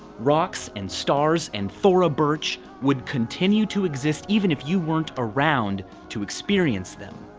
rocks and stars and thora birch would continue to exist even if you weren't around to experience them.